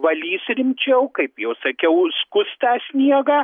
valys rimčiau kaip jau sakiau skus tą sniegą